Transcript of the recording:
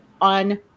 on